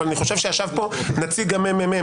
אבל אני חושב שישב פה נציג מרכז המחקר והמידע.